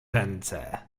ręce